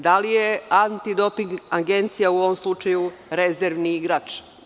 Da li je Antidoping agencija u ovom slučaju rezervni igrač?